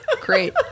great